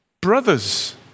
brothers